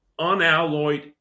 unalloyed